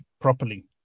properly